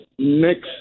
Next